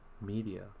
media